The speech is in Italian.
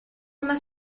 una